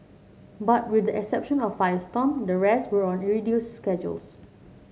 but with the exception of Firestorm the rest were on reduced schedules